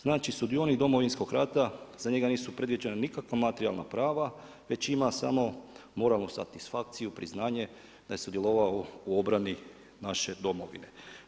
Znači sudionik Domovinskog rata za njega nisu predviđena nikakva materijalna prava već ima samo moralnu satisfakciju, priznanje da je sudjelovao u obrani naše Domovine.